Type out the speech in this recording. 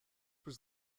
was